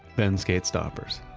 then skate stoppers.